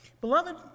Beloved